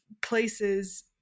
places